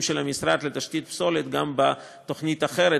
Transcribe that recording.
של המשרד לתשתית פסולת גם בתוכנית אחרת,